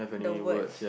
the words